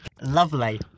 lovely